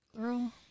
Girl